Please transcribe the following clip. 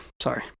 sorry